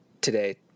today